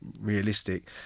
realistic